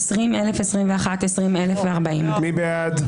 20,021 עד 20,040. מי בעד?